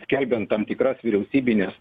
skelbiant tam tikras vyriausybines